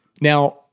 Now